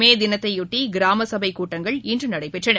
மே தினத்தையொட்டி கிராம சபை கூட்டங்கள் இன்று நடைபெற்றன